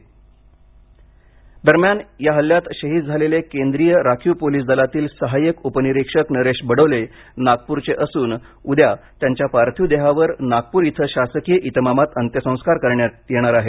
जवान शहीद दरम्यान या हल्ल्यात शहीद झालेले केंद्रीय राखीव पोलीस दलातील सहायक उपनिरीक्षक नरेश बडोले नागपूरचे असून उद्या शुक्रवारी त्यांच्या पार्थिव देहावर नागपूर इथं शासकीय इतमामात अंत्यसंस्कार करण्यात येणार आहेत